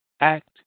act